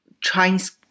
Chinese